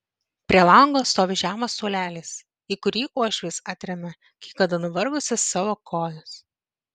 prie lango stovi žemas suolelis į kurį uošvis atremia kai kada nuvargusias savo kojas